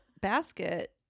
basket